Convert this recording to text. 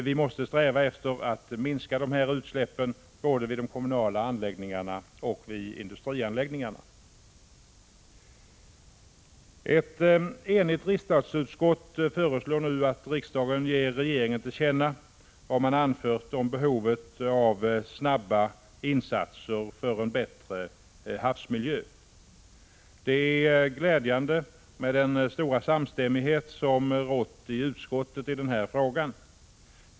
Vi måste sträva efter att minska dessa utsläpp både vid de kommunala anläggningarna och vid industrianläggningarna. Ett enigt utskott föreslår nu att riksdagen ger regeringen till känna vad man anfört om behovet av snabba insatser för en bättre havsmiljö. Det är glädjande med den stora samstämmighet som rått i utskottet i den här frågan.